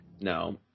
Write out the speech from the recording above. No